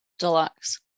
deluxe